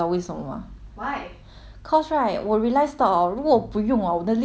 cause right 我 realize 到 orh 如果不用 orh 我的 lipstick 会 expire 你知道吗